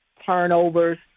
turnovers